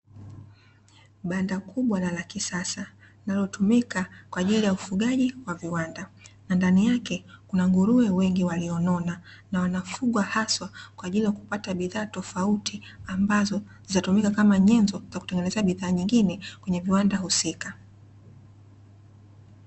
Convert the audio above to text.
Banda kubwa na la kisasa ,linalotumika kwa ajili ya ufugaji wa viwanda, na ndani yake kuna nguruwe wengi walionona na wanafugwa hasa kwa ajili ya kupata bidhaa tofauti, ambazo zinatumika kama nyenzo za kutengenezea bidhaa nyingine kwenye viwanda husika.